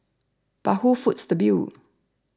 but who foots the bill